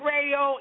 Radio